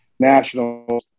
national